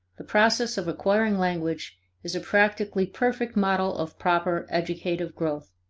the process of acquiring language is a practically perfect model of proper educative growth.